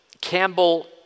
Campbell